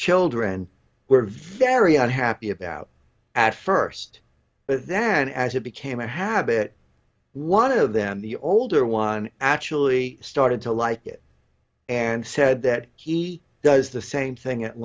children were very unhappy about at first but then as it became a habit one of them the older one actually started to like it and said that he does the same thing at